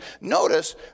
Notice